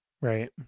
Right